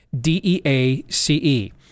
D-E-A-C-E